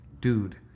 Dude